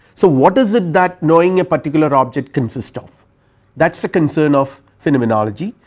so, what is it that knowing a particular object consist of that is a concern of phenomenology?